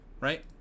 right